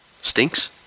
Stinks